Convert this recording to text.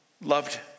loved